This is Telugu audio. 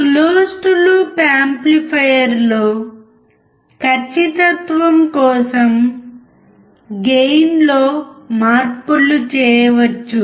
క్లోజ్డ్ లూప్ యాంప్లిఫైయర్ లో ఖచ్చితత్వం కోసం గెయిన్ లో మార్పులు చేయవచ్చు